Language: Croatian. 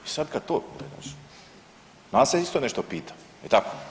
I sad kada to … nas se isto nešto pita je tako?